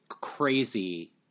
crazy